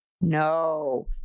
No